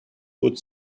would